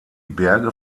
berge